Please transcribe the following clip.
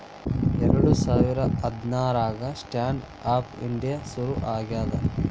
ಎರಡ ಸಾವಿರ ಹದ್ನಾರಾಗ ಸ್ಟ್ಯಾಂಡ್ ಆಪ್ ಇಂಡಿಯಾ ಶುರು ಆಗ್ಯಾದ